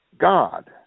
God